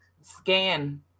scan